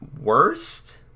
Worst